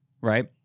right